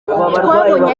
twabonye